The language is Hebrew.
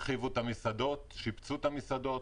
הרחיבו ושיפצו את המסעדות,